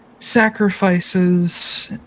Sacrifices